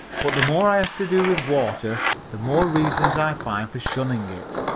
but the more i have to do with water the more reasons i find for shunning it.